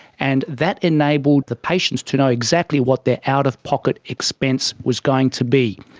and that enabled the patients to know exactly what their out-of-pocket expense was going to be.